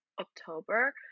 October